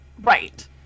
right